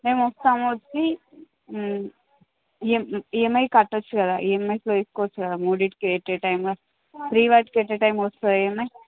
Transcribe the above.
మేము వస్తాము వచ్చి ఈఎమ్ ఈఎమ్ఐ కట్ట వచ్చు కదా ఈఎమ్ఐస్ వేసుకోవచ్చు కదా మూడింటికి ఎట్ ఎ టైము త్రీ వాటికి ఎట్ ఎ టైమ్ వస్తాయా ఏమైనా